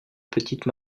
petite